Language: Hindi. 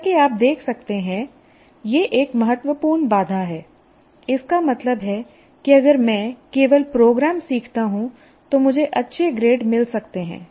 जैसा कि आप देख सकते हैं यह एक महत्वपूर्ण बाधा है इसका मतलब है कि अगर मैं केवल प्रोग्राम सीखता हूं तो मुझे अच्छे ग्रेड मिल सकते हैं